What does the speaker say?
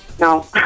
No